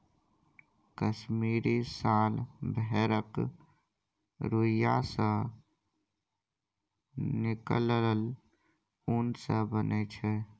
कश्मीरी साल भेड़क रोइयाँ सँ निकलल उन सँ बनय छै